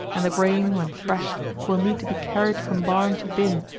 and the grain, when threshed, will need to be carried from barn to binn,